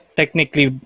technically